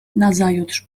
nazajutrz